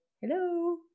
hello